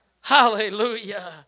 Hallelujah